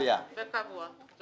זה קבוע.